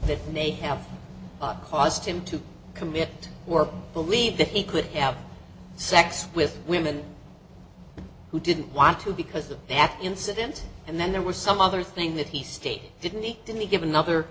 that may have caused him to commit to or believe that he could have sex with women who didn't want to because of that incident and then there was some other thing that he stated didn't he didn't he give another